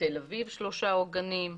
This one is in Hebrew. בתל אביב שלושה עוגנים,